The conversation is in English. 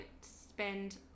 spend